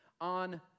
on